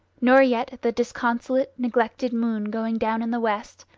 nor yet at the disconsolate, neglected moon going down in the west,